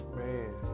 man